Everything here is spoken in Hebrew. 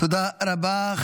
תודה רבה.